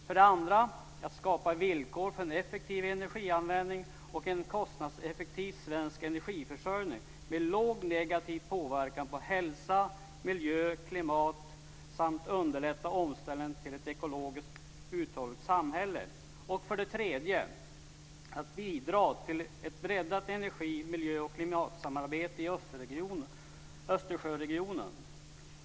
För det andra att skapa villkor för en effektiv energianvändning och en kostnadseffektiv svensk energiförsörjning med låg negativ påverkan på hälsa, miljö och klimat samt underlätta omställningen till ett ekologiskt uthålligt samhälle. För det tredje att bidra till ett breddat energi-, miljö och klimatsamarbete i Östersjöregionen.